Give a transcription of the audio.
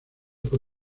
por